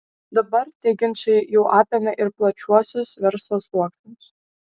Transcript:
dabar tie ginčai jau apėmė ir plačiuosius verslo sluoksnius